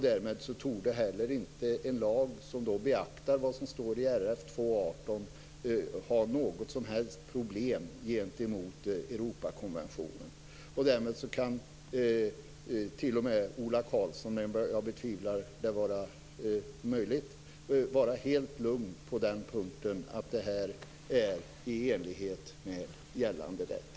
Därmed torde inte heller en lag som beaktar vad som står i RF 2:18 ha något som helst problem gentemot Europakonventionen. Därmed kan t.o.m. Ola Karlsson - även om jag betvivlar att det är möjligt - vara helt lugn på den punkten, dvs. att detta är i enlighet med gällande rätt.